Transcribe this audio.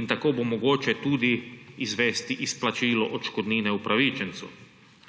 in tako bo mogoče tudi izvesti izplačilo odškodnine upravičencu.